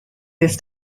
this